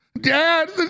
Dad